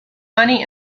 money